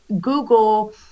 Google